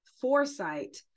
foresight